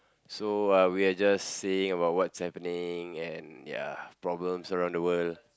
so uh we are just saying about what's happening and ya problems around the world